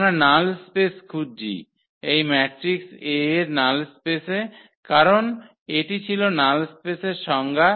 আমরা null space খুঁজছি এই ম্যাট্রিক্স A এর নাল স্পেসে কারণ এটি ছিল নাল স্পেসের সংজ্ঞা